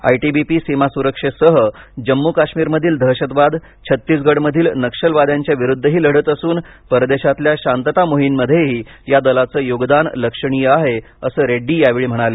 ITBP सीमा सुरक्षेसह जम्मू काश्मीरमधील दहशतवाद छत्तीसगडमधील नक्षलवादयांच्याविरुद्धही लढत असून परदेशातल्या शांतता मोहीमांमध्येही या दलाचं योगदानलक्षणीय आहे असं रेङ्डी यावेळी म्हणाले